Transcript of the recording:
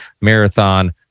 marathon